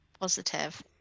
positive